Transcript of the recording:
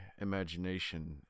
imagination